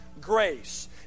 grace